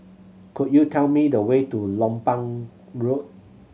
could you tell me the way to Lompang Road